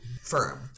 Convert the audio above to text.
firm